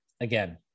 again